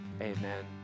Amen